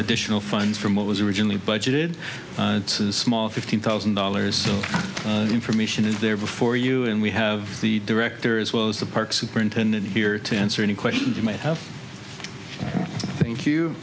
additional funds from what was originally budgeted and small fifteen thousand dollars so the information is there before you and we have the director as well as the park superintendent here to answer any questions you might have thank you